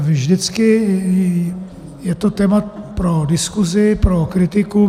Vždycky je to téma pro diskusi, pro kritiku.